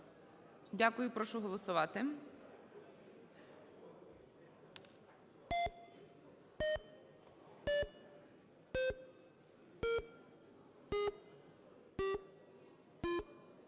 Дякую. Прошу голосувати.